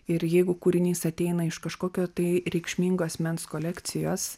ir jeigu kūrinys ateina iš kažkokio tai reikšmingo asmens kolekcijos